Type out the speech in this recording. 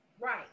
right